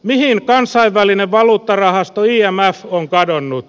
mihin kansainvälinen valuuttarahasto imf on kadonnut